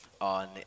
on